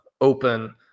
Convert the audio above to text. open